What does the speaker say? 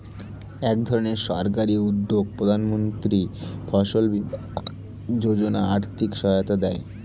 একধরনের সরকারি উদ্যোগ প্রধানমন্ত্রী ফসল বীমা যোজনা আর্থিক সহায়তা দেয়